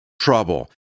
trouble